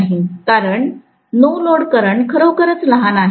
कारण no load current खरोखरच लहानआहे